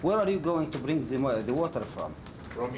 where are you going to bring the water from